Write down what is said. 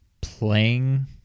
playing